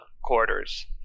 quarters